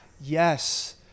Yes